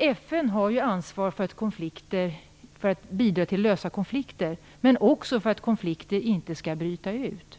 FN har ju ansvar för att bidra till att lösa konflikter, men man har också ansvar för att se till att konflikter inte skall bryta ut.